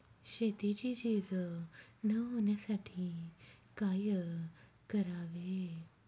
शेतीची झीज न होण्यासाठी काय करावे?